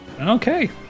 Okay